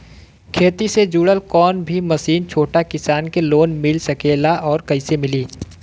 खेती से जुड़ल कौन भी मशीन छोटा किसान के लोन मिल सकेला और कइसे मिली?